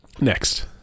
Next